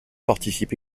participe